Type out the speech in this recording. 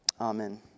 Amen